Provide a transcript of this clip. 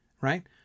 right